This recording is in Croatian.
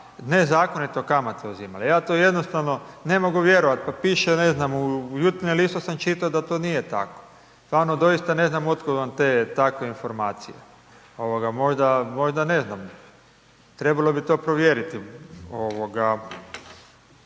nezakonito kamate uzimali. Ja to jednostavno ne mogu vjerovati, pa piše ne znam u Jutarnjem listu sam čitao da to nije tako. Stvarno doista ne znam od kud vam te takve informacije, ovoga možda, možda ne znam trebalo bi to provjeriti